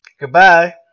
Goodbye